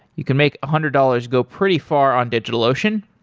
you can make a hundred dollars go pretty far on digitalocean.